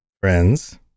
friends